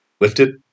lifted